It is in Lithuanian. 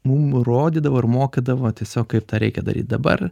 mum rodydavo ir mokydavo tiesiog kaip tą reikia daryt dabar